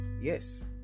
Yes